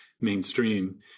mainstream